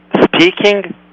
speaking